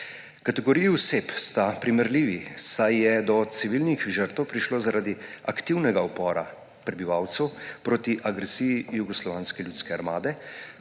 Kategoriji oseb sta primerljivi, saj je do civilnih žrtev prišlo zaradi aktivnega upora prebivalcev proti agresiji Jugoslovanske ljudske armade